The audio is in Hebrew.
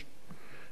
את הפעולה למחרת.